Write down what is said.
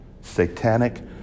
satanic